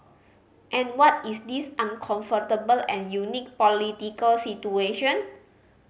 and what is this uncomfortable and unique political situation